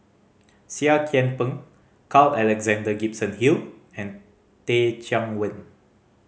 Seah Kian Peng Carl Alexander Gibson Hill and Teh Cheang Wan